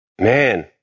Man